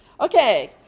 Okay